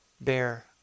bear